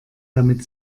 damit